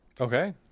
Okay